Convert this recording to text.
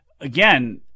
again